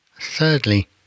Thirdly